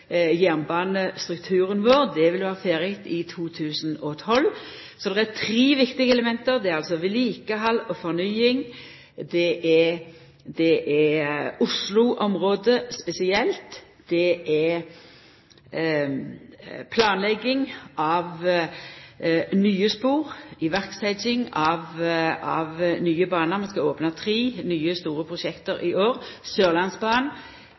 jernbanestrukturen vår. Det vil vera ferdig i 2012. Det er tre viktige element: Det er vedlikehald og fornying. Der er Oslo-området spesielt. Det er planlegging av nye spor, iverksetjing av nye banar – vi skal opna tre nye store prosjekt i år. På Sørlandsbanen